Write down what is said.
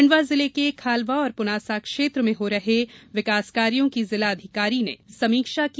खण्डवा जिले के खालवा और पुनासा क्षेत्र में हो रहे विकासकार्यों की जिला अधिकारी ने समीक्षा की